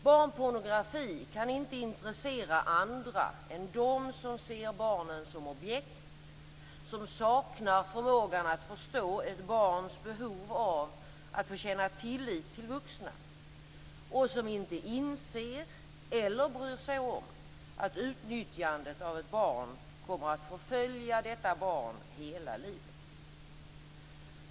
Barnpornografi kan inte intressera andra än dem som ser barnen som objekt, som saknar förmågan att förstå ett barns behov av att få känna tillit till vuxna och som inte inser eller bryr sig om att utnyttjandet av ett barn kommer att förfölja detta barn hela livet.